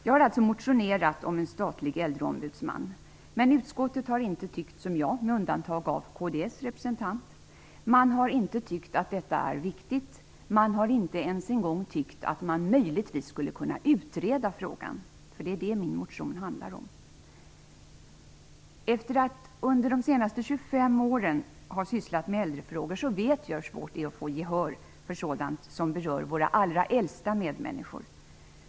Jag har alltså motionerat om en statlig äldreombudsman. Men utskottet har inte tyckt som jag, med undantag för kds representant. Man har inte tyckt att detta har varit viktigt. Man har inte ens en gång tyckt att frågan möjligtvis skulle kunna utredas. Efter att under de senaste 25 åren ha sysslat med äldrefrågor vet jag hur svårt det är att få gehör för sådant som berör våra allra äldsta medmänniskor.